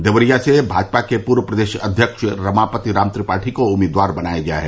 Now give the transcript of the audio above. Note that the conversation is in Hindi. देवरिया से भाजपा के पूर्व प्रदेश अध्यक्ष रमापति राम त्रिपाठी को उम्मीदवार बनाया गया है